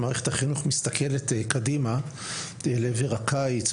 מערכת החינוך מסתכלת קדימה לעבר הקיץ,